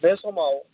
बे समाव